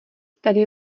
tady